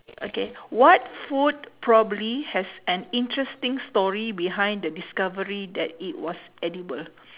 okay what food probably has an interesting story behind the discovery that it was edible